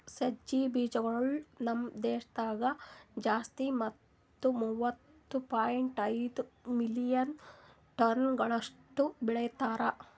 ಸಜ್ಜಿ ಬೀಜಗೊಳ್ ನಮ್ ದೇಶದಾಗ್ ಜಾಸ್ತಿ ಮತ್ತ ಮೂವತ್ತು ಪಾಯಿಂಟ್ ಐದು ಮಿಲಿಯನ್ ಟನಗೊಳಷ್ಟು ಬೆಳಿತಾರ್